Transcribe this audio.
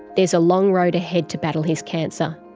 there's a long road ahead to battle his cancer.